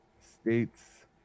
States